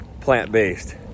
plant-based